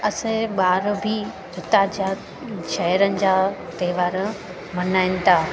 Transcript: असांजा ॿार बि हुतां जा शहरनि जा त्योहार मल्हाइनि था